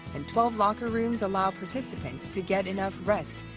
and twelve locker rooms allow participants to get enough rest,